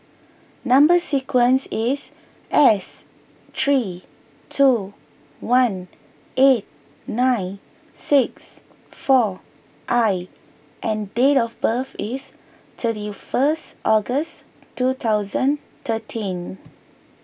Number Sequence is S three two one eight nine six four I and date of birth is thirty first August twenty thirteen